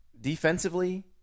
defensively